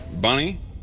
Bunny